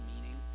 meaning